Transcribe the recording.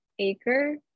acre